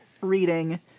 reading